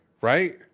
right